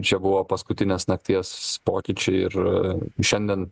čia buvo paskutinės nakties pokyčiai ir šiandien